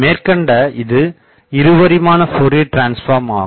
மேற்கண்ட இது இருபரிமான ஃப்போரியர் டிரான்ஸ்ஃபார்ம் ஆகும்